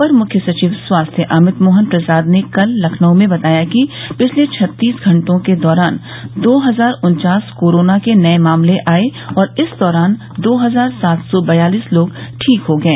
अपर मुख्य सचिव स्वास्थ्य अमित मोहन प्रसाद ने कल लखनऊ में बताया कि पिछले छत्तीस घंटों के दौरान दो हजार उन्वास कोरोना के नये मामले आये और इस दौरान दो हजार सात सौ बयालिस लोग ठीक हो गये